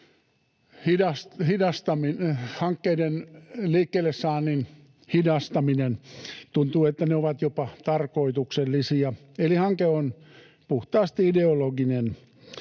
hankkeiden liikkeelle saannin hidastaminen. Tuntuu, että ne ovat jopa tarkoituksellisia, eli hanke on puhtaasti ideologinen.